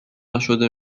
نشده